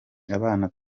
abana